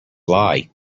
lie